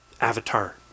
avatar